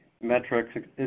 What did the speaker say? metrics